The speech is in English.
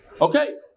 Okay